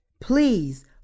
Please